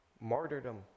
martyrdom